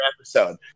episode